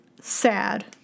sad